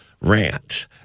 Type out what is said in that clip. rant